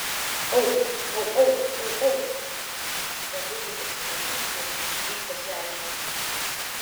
au au au au au bandau lyg atsiprašyti lyg pasiaiškinti